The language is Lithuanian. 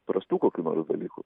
prastų kokių nors dalykų